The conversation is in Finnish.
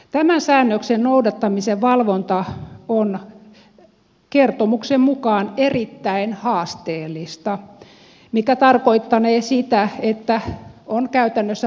tämän säännöksen noudattamisen valvonta on kertomuksen mukaan erittäin haasteellista mikä tarkoittanee sitä että on käytännössä mahdoton tehtävä